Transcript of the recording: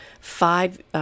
five